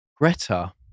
Greta